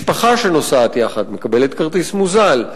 משפחה שנוסעת יחד מקבלת כרטיס מוזל.